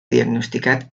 diagnosticat